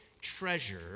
treasure